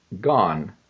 gone